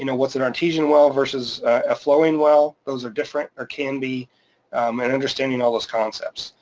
you know what's an artesian well versus a flowing well, those are different or can be and understanding all those concepts.